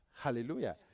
Hallelujah